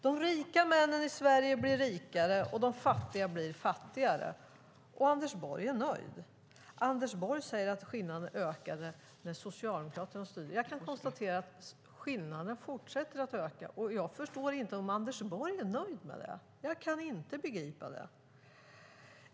De rika männen i Sverige blir rikare och de fattigare blir fattigare. Och Anders Borg är nöjd. Anders Borg säger att skillnaden ökade när Socialdemokraterna styrde. Jag kan konstatera att skillnaden fortsätter att öka, och jag förstår inte att Anders Borg är nöjd. Jag kan inte begripa det.